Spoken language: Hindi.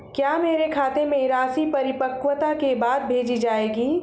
क्या मेरे खाते में राशि परिपक्वता के बाद भेजी जाएगी?